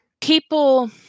people